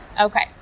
okay